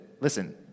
listen